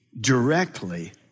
directly